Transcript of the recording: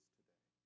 today